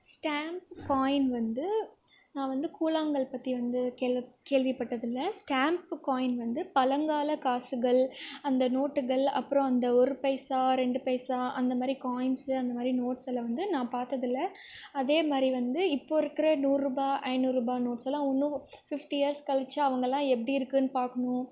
stamp coin வந்து நான் வந்து கூழாங்கல் பற்றி வந்து கேள்விப் கேள்விப்பட்டதில்லை ஸ்டாம்ப்பு காயின் வந்து பழங்கால காசுகள் அந்த நோட்டுகள் அப்புறம் அந்த ஒரு பைசா ரெண்டு பைசா அந்த மாதிரி காயின்ஸு அந்த மாதிரி நோட்ஸில் வந்து நான் பார்த்ததில்ல அதே மாதிரி வந்து இப்போது இருக்கிற நூறுரூபா ஐந்நூறுரூபா நோட்ஸ்ஸெல்லாம் இன்னும் ஃபிஃப்ட்டி இயர்ஸ் கழிச்சி அவங்களெல்லாம் எப்படி இருக்கும்னு பார்க்கணும்